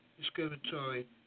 discriminatory